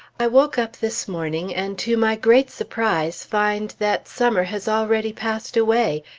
i woke up this morning and, to my great surprise, find that summer has already passed away,